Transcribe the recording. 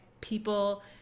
people